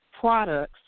products